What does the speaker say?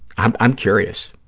i'm i'm curious.